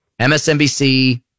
MSNBC